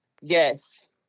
Yes